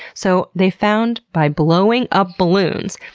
so they found, by blowing up balloons,